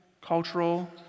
cultural